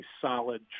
solid